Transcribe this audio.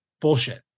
bullshit